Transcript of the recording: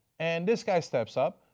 and this guy steps up,